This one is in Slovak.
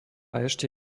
ešte